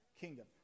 kingdom